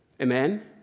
Amen